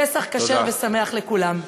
פסח כשר ושמח לכולם.